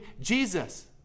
Jesus